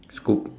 scope